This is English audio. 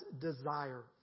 desire